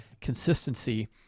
consistency